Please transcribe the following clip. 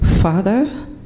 Father